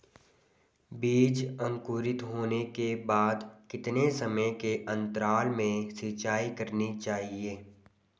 बीज अंकुरित होने के बाद कितने समय के अंतराल में सिंचाई करनी चाहिए?